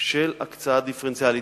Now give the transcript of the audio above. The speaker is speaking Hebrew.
של הקצאה דיפרנציאלית.